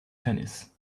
tennis